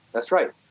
that's right,